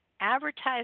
advertise